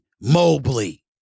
Mobley